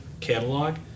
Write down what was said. catalog